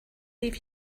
leave